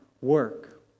work